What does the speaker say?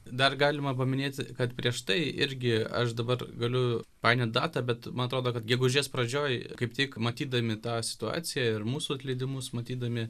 dar galima paminėti kad prieš tai irgi aš dabar galiu painiot datą bet man atrodo kad gegužės pradžioj kaip tik matydami tą situaciją ir mūsų atleidimus matydami